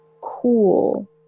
cool